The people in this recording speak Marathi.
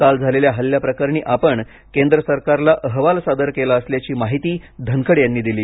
काल झालेल्या हल्ल्याप्रकरणी आपण केंद्र सरकारला अहवाल सादर केला असल्याची माहिती धनखड यांनी दिली